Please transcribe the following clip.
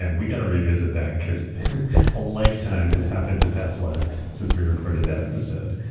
and we got to revisit that because a lifetime has happened to tesla since we recorded that episode.